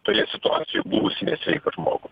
toje situacijoje buvusį nesveiką žmogų